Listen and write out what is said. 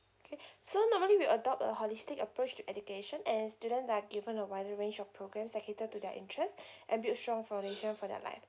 okay so normally we adopt a holistic approach to education and student are given a wider range of programs that cater to their interest and build a strong foundation for their life